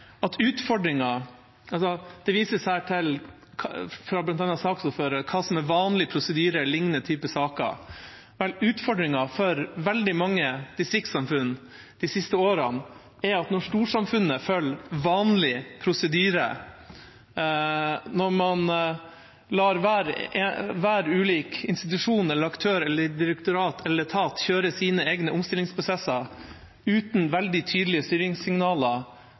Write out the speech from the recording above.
Vel, utfordringa for veldig mange distriktssamfunn de siste årene er at når storsamfunnet følger vanlig prosedyre, når man lar hver ulik institusjon, aktør eller etat eller hvert ulikt direktorat kjøre sine egne omstillingsprosesser uten veldig tydelige styringssignaler